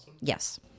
Yes